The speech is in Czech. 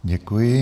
Děkuji.